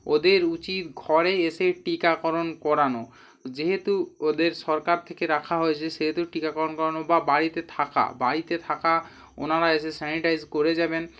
ওদের উচিত ঘরে এসে টিকাকরণ করানো যেহেতু ওদের সরকার থেকে রাখা হয়েছে সেহেতু টিকাকরণ করানো বা বাড়িতে থাকা বাড়িতে থাকা ওনারা এসে স্যানিটাইজ করে যাবেন